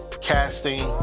casting